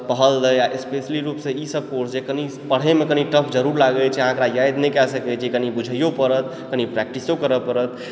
specially रुप सऽ ई सब कोर्स जे कनि पढ़यमे कनि टफ जरुर लागै अछि अहाँ ओकरा याद नहि कए सकै छी कनि बुझियो पड़त कनि प्रेक्टिसो करऽ पड़त